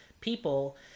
people